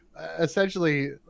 essentially